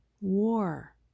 War